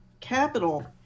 capital